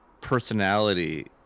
personality